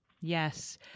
Yes